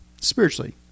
spiritually